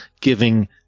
giving